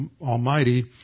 Almighty